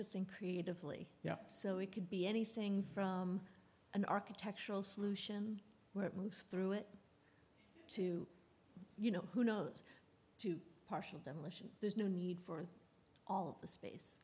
think creatively so it could be anything from an architectural solution where it moves through it to you know who knows to partial demolition there's no need for all of the space